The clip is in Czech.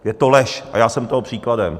Je to lež a já jsem toho příkladem.